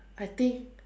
I think